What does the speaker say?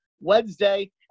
Wednesday